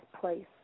place